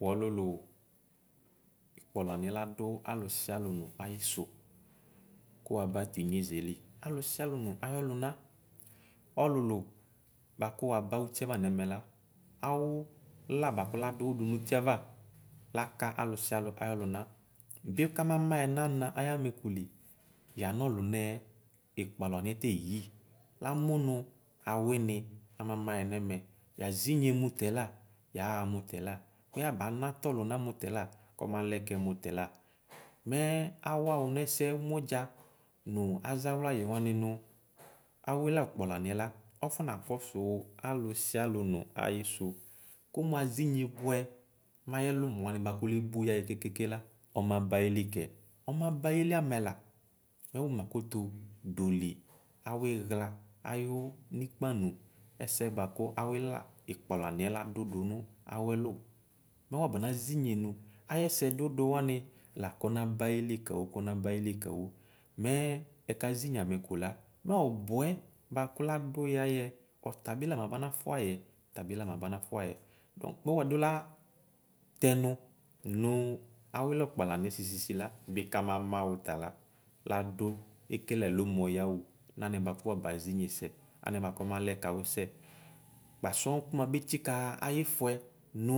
Wu ɔlulu ikpɔ laniɛ ladʋ wʋ ɔlʋ sialo nʋ ayisʋ ko waba tinyezɛli alʋ sialʋ nʋ ayɔlʋna ɔlʋlʋ bʋakʋ waba utiava nɛmɛ la awʋla bʋakʋ ladʋwʋ dʋ nʋtiava aka alʋ sialʋ ayɔlʋna bi eyii lamʋ nʋ aurni amama yɛ nɛmɛ yazinye mʋtɛ la yaxa mʋtɛ la mɛyaba na tɔlʋna mʋ tɛɛ la kɔmalɛkɛ mʋtɛ la mɛ awa wʋ nɛsɛmʋdza nʋ azawlayi wani nʋ awʋla ɔkpɔlaniɛ la ɔfɔna kɔsʋ alo sialʋ nʋ ayisʋ kʋ mʋ azarnye bʋɛ mayɛ lʋmɔ wani kʋ lebʋ yayɛ kekeke la ɔmaba ayile kɛ ɔmaba ayili amɛla mɛ wʋnakutu doli aurxla nawʋ ikpa nʋ ɛsɛ bʋakʋ aurla ikpɔ laniɛ ladu dʋni awɛlʋ mɛ wabana zinye nʋ ayɛsɛ dʋdʋ wani la kɔnaba ayile kawʋ kɔnaba ayile kawʋ mɛ ɛkazi inye amɛ kola mɔ bʋɛ bʋatʋ ladʋ yayɛ ɔtabi lamaba nafʋa yɛ tabi lama bana fʋayɛ mɛ wedola tɛnʋ nʋ aurla ikpɔlaniɛ bi sisi la bakama wʋ tala adʋ ekele ɛlʋmɔ yawʋ nanɛ bʋakʋ wabazi unyesɛ alɛ bʋakʋ ɔmalɛ kawʋ sɛ kpaa sɔj kʋ mabe tsikaxa ayifʋɛ nʋ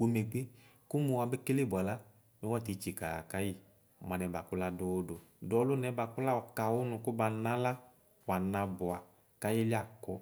ɔmeke kʋmʋ wabe kele bʋala nʋ wati tsikaxa kayi mʋ anɛ bʋakʋ ladʋ wʋ dʋ dʋ ɔlʋnɛ bʋakʋ lɔ kawʋ nʋ kʋbana la wana bʋa kayili akɔ.